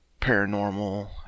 paranormal